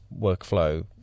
workflow